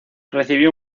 recibió